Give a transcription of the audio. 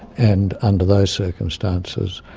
and under those circumstances,